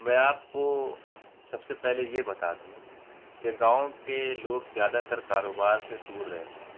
میں آپ کو سب سے پہلے یہ بتا دوں کہ گاؤں کے لوگ زیادہ تر کاروبار سے دور رہتے ہیں